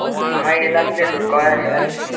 आ हागा येयला कितेें तूं गोंयान येयला कितें